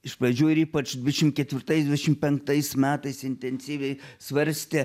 iš pradžių ir ypač dvidešim ketvirtais dvidešim penktais metais intensyviai svarstė